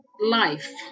life